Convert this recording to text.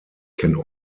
can